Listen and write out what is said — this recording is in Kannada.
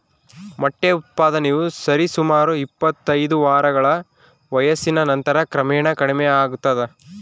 ಮೊಟ್ಟೆ ಉತ್ಪಾದನೆಯು ಸರಿಸುಮಾರು ಇಪ್ಪತ್ತೈದು ವಾರಗಳ ವಯಸ್ಸಿನ ನಂತರ ಕ್ರಮೇಣ ಕಡಿಮೆಯಾಗ್ತದ